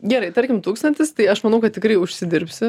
gerai tarkim tūkstantis tai aš manau kad tikrai užsidirbsi